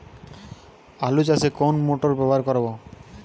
আলু চাষে কোন মোটর ব্যবহার করব?